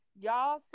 y'all